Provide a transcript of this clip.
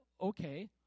okay